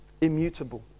immutable